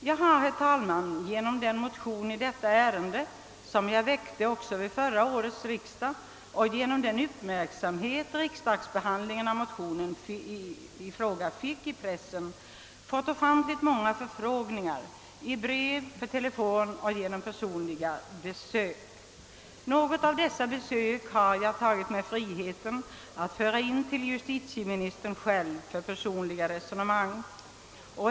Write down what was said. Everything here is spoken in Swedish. Jag har, herr talman, genom den motion i detta ärende som jag väckte vid förra årets riksdag och genom den uppmärksamhet riksdagsbehandlingen av motionen i fråga fick i pressen fått ofantligt många förfrågningar i brev, per telefon och genom personliga besök. Några av dessa besökande har jag tagit mig friheten att föra in till justitieministern för personliga resonemang.